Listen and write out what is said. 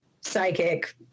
psychic